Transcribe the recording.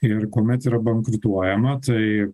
ir kuomet yra bankrutuojama tai